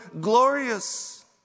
glorious